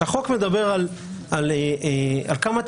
החוק מדבר על כמה תכליות.